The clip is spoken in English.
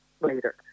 later